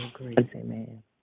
Amen